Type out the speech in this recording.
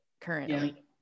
currently